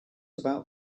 about